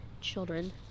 children